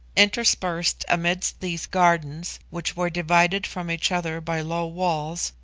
interspersed amidst these gardens, which were divided from each other by low walls,